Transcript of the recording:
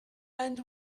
and